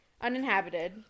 Uninhabited